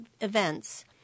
events